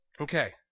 Okay